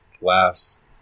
last